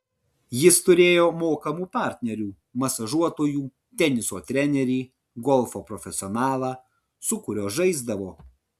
jis turėjo mokamų partnerių masažuotojų teniso trenerį golfo profesionalą su kuriuo žaisdavo